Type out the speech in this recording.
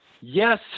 yes